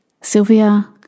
Sylvia